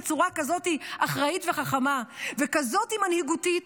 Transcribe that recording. בצורה כזאת אחראית וחכמה וכזאת מנהיגותית,